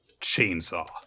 Chainsaw